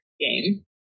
game